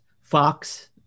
Fox